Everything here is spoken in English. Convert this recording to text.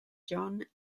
john